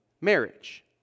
marriage